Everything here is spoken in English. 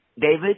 David